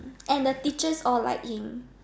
and the teachers all like him